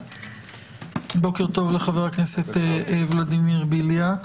בוקר טוב לחבר הכנסת ולדימיר בליאק